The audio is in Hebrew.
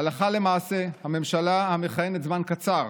הלכה למעשה, הממשלה, המכהנת זמן קצר,